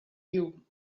you